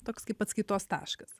toks kaip atskaitos taškas